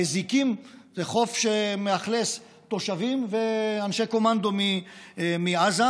בזיקים, זה חוף שמאכלס תושבים ואנשי קומנדו מעזה,